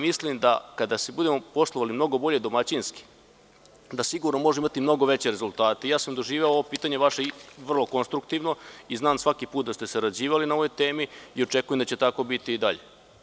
Mislim kada se budemo postavili mnogo bolje, domaćinski, da možemo imati mnogo veće rezultate i ja sam ovo vaše pitanje doživeo vrlo konstruktivno i znam da ste svaki put sarađivali na ovoj temi i očekujem da će tako biti i dalje.